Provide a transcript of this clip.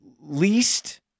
least